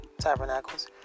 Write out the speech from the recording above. Tabernacles